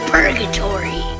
Purgatory